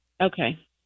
Okay